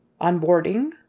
Onboarding